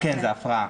כן, זו הפרעה.